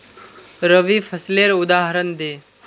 रवि फसलेर उदहारण दे?